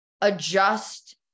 adjust